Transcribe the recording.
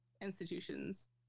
institutions